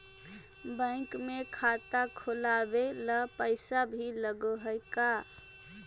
Bank में खाता खोलाबे ल पैसा भी लग है का?